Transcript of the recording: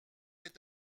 est